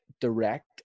direct